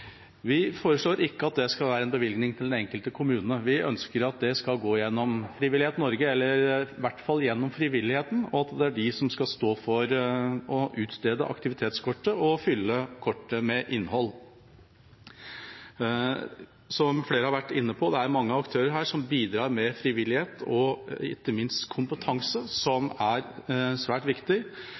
Vi foreslår ikke at det skal være en bevilgning til den enkelte kommune, vi ønsker at det skal gå gjennom Frivillighet Norge – eller i hvert fall gjennom frivilligheten – og at det er de som skal stå for å utstede aktivitetskortet og fylle kortet med innhold. Som flere har vært inne på, er det mange aktører her som bidrar med frivillighet og ikke minst kompetanse som er svært viktig,